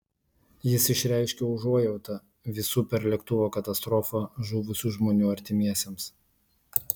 jis išreiškė užuojautą visų per lėktuvo katastrofą žuvusių žmonių artimiesiems